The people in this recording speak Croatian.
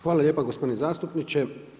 Hvala lijepa gospodine zastupniče.